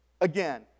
again